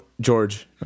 George